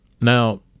now